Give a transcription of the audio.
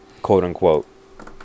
quote-unquote